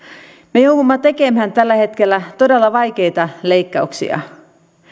me joudumme tekemään tällä hetkellä todella vaikeita leikkauksia